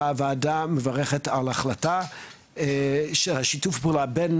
והוועדה מברכת על ההחלטה של שיתוף הפעולה בין